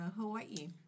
Hawaii